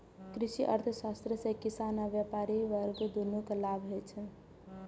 कृषि अर्थशास्त्र सं किसान आ व्यापारी वर्ग, दुनू कें लाभ होइ छै